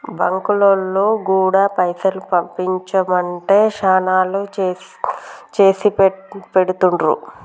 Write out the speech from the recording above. బాంకులోల్లు గూడా పైసలు పంపించుమంటే శనాల్లో చేసిపెడుతుండ్రు